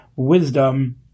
Wisdom